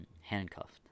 handcuffed